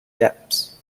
depth